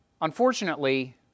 Unfortunately